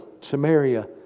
Samaria